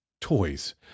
toys